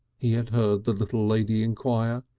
he had heard the little lady enquire.